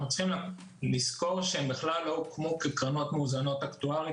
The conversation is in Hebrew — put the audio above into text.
צריכים לזכור שהן בכלל לא הוקמו כקרנות מאוזנות אקטוארית,